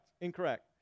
Incorrect